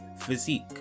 physique